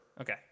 Okay